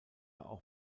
auch